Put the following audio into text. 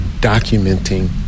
documenting